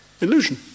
illusion